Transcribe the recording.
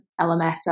LMS